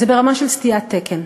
זה ברמה של סטיית תקן.